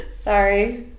Sorry